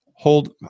hold